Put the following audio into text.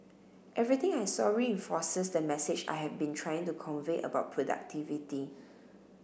everything I saw reinforces the message I have been trying to convey about productivity